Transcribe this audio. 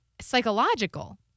psychological